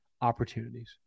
opportunities